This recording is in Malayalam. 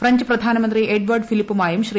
ഫ്രഞ്ച് പ്രധാനമന്ത്രി എഡ്വാർഡ് ഫിലിപ്പുമായും ശ്രീ